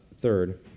Third